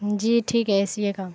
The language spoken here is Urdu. جی ٹھیک ہے اے سی ہی کا